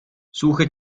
suche